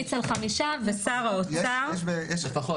ימליץ על חמישה, ושר האוצר --- לפחות.